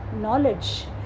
knowledge